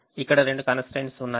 ఇక్కడ రెండు constraints ఉన్నాయి